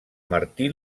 martí